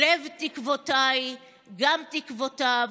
/ לב תקוותיי גם תקוותיו,